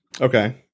Okay